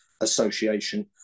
Association